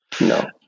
No